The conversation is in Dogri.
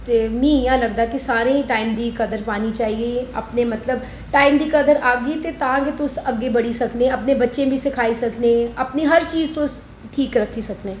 ते मी इंया लगदा कि सारें गी टाइम दी कदर पानी चाहिदी अपने मतलब टाइम दी कदर आह्गी ते तां गै तुस अग्गें बड़ी सकदे अपने बच्चे गी सखाई सकदे अपनी हर चीज़ तुस ठीक रक्खी सकदे